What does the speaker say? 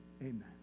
Amen